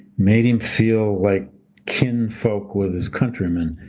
made him feel like kin folk with his countrymen,